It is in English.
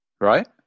right